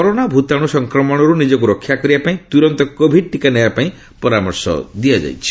corona ଭୂତାଣୁ ସଂକ୍ରମଣରୁ ନିଜକୁ ରକ୍ଷା କରିବା ପାଇଁ ତୁରନ୍ତ କୋଭିଡ୍ ଟିକା ନେବା ପାଇଁ ପରାମର୍ଶ ଦିଆଯାଇଛି